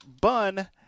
Bun